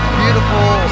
beautiful